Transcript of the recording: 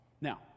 Now